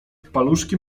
paluszki